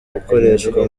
gukoreshwa